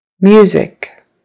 Music